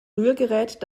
rührgerät